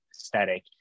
aesthetic